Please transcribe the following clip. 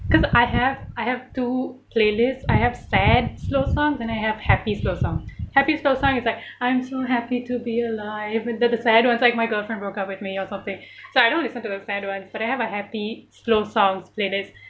cause I have I have two playlist I have sad slow song then I have happier slow song happy slow song is like I am so happy to be alive and that the sad one is like my girlfriend broke up with me or something so I don't listen to the sad ones but I have a happy slow songs playlist